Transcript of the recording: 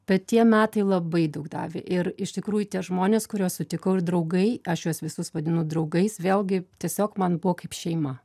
bet tie metai labai daug davė ir iš tikrųjų tie žmonės kuriuos sutikau ir draugai aš juos visus vadinu draugais vėlgi tiesiog man buvo kaip šeima